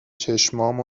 چشمام